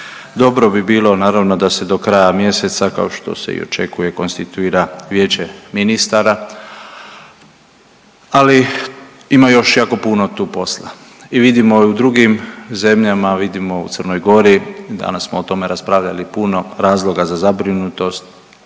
Dobro bi bilo naravno da se do kraja mjeseca, kao što se i očekuje, konstituira Vijeće ministara, ali ima još jako puno tu posla i vidimo i u drugim zemljama, vidimo u Crnoj Gori, danas smo o tome raspravljali puno, razloga za zabrinutost